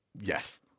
Yes